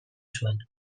zuen